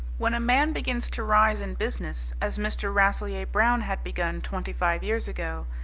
when a man begins to rise in business, as mr. rasselyer-brown had begun twenty-five years ago,